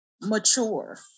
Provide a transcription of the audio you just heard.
mature